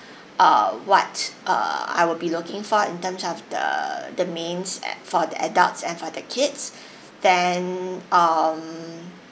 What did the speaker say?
uh what uh I will be looking for in terms of the the mains at for the adults and for the kids then um